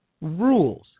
rules